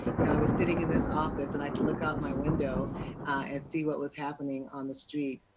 i was sitting in his office and i can look out my window, and see what was happening on the street.